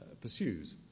pursues